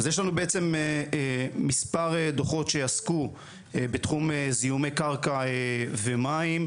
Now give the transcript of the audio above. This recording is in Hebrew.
אז יש לנו בעצם מספר דוחות שעסקו בתחום זיהומי קרקע ומים.